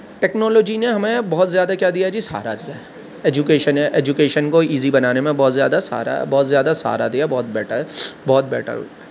technology نے ہمیں بہت زیادہ کیا دیا جی سہارا دیا ہے ایجوکیشن ہے ایجوکیشن کو ایزی بنانے میں بہت زیادہ سہارا بہت زیادہ سہارا دیا بہت بیٹر بہت بیٹر ہو